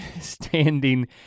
standing